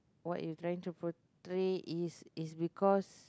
what you trying to portray is is because